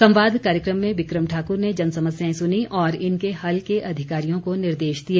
संवाद कार्यक्रम में बिक्रम ठाकुर ने जन समस्याएं सुनीं और इनके हल के अधिकारियों को निर्देश दिए